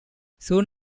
soon